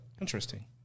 interesting